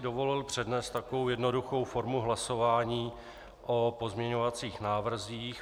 Dovolil bych si přednést takovou jednoduchou formu hlasování o pozměňovacích návrzích.